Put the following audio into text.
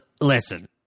Listen